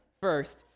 first